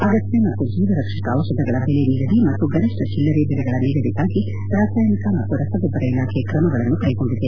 ಅಗತ್ಯ ಮತ್ತು ಜೀವ ರಕ್ಷಕ ದಿಷಧಗಳ ದೆಲೆ ನಿಗದಿ ಮತ್ತು ಗರಿಷ್ಠ ಚಿಲ್ಲರೆ ಬೆಲೆಗಳ ನಿಗದಿಗಾಗಿ ರಾಸಾಯನಿಕ ಮತ್ತು ರಸಗೊಬ್ಬರ ಇಲಾಖೆ ಕ್ರಮಗಳನ್ನು ಕೈಗೊಂಡಿದೆ